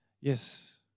Yes